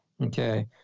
Okay